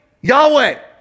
Yahweh